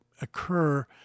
occur